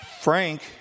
Frank